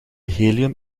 helium